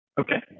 Okay